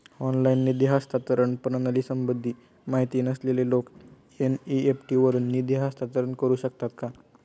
Online निधी हस्तांतरण प्रणालीसंबंधी माहिती नसलेले लोक एन.इ.एफ.टी वरून निधी हस्तांतरण करू शकतात का?